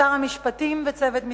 לשר המשפטים וצוות משרדו,